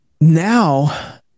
now